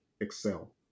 excel